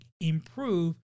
improve